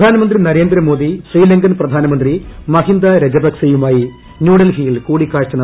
പ്രധാനമന്ത്രി നരേന്ദ്രമോദി ശ്രീലി്കൻ പ്രധാനമന്ത്രി മഹീന്ദ രജപക്സെയുമായി ന്യൂഡൽഹിയിൽ കൂടിക്കാഴ്ച നടത്തി